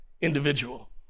individual